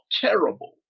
terrible